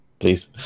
please